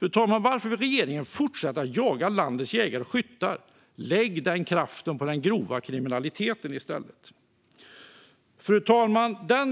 Varför vill regeringen fortsätta att jaga landets jägare och skyttar? Lägg den kraften på den grova kriminaliteten i stället! Fru talman!